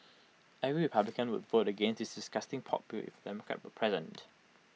every republican would vote against this disgusting pork bill if A Democrat were president